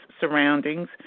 surroundings